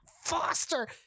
Foster